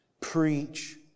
Preach